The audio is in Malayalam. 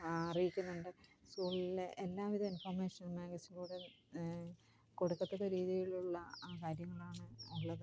അറിയിക്കുന്നുണ്ട് സ്കൂളിലെ എല്ലാവിധ ഇന്ഫോമേഷന് മാഗസിനില്ക്കൂടെ കൊടുക്കത്തക്ക രീതിയിലുള്ള കാര്യങ്ങളാണ് ഉള്ളത്